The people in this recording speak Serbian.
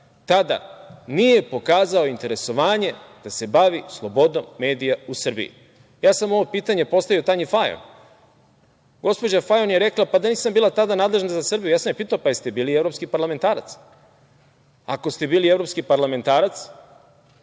tada nije pokazao interesovanje da se bavi slobodom medija u Srbiji. Ovo pitanje sam postavio Tanji Fajon. Gospođa Fajon je rekla – nisam tada bila nadležna za Srbiju. Ja sam je pitao – da li ste bili evropski parlamentarac? Ako ste bili evropski parlamentarac,